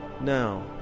now